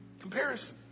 Comparison